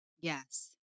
Yes